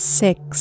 six